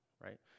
Right